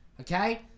Okay